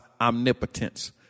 omnipotence